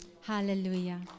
Hallelujah